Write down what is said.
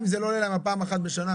אם זה לא עולה להן פעם אחת בשנה,